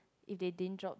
if they didn't drop the